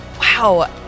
Wow